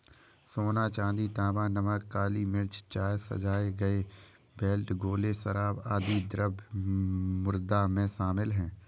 सोना, चांदी, तांबा, नमक, काली मिर्च, चाय, सजाए गए बेल्ट, गोले, शराब, आदि द्रव्य मुद्रा में शामिल हैं